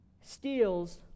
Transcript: steals